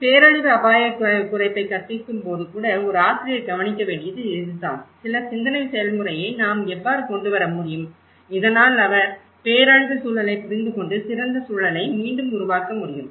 பேரழிவு அபாயக் குறைப்பைக் கற்பிக்கும் போது கூட ஒரு ஆசிரியர் கவனிக்க வேண்டியது இதுதான் சில சிந்தனை செயல்முறையை நாம் எவ்வாறு கொண்டு வர முடியும் இதனால் அவர் பேரழிவு சூழலைப் புரிந்துகொண்டு சிறந்த சூழலை மீண்டும் உருவாக்க முடியும்